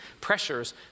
pressures